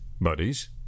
buddies